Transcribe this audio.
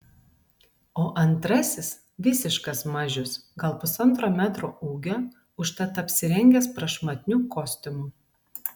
o antrasis visiškas mažius gal pusantro metro ūgio užtat apsirengęs prašmatniu kostiumu